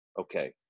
okay